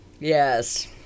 Yes